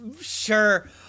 sure